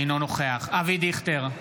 אינו נוכח אבי דיכטר,